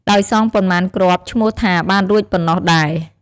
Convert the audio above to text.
ដោយសងប៉ុន្មានគ្រាប់ឈ្មោះថាបានរួចប៉ុណ្ណោះដែរ។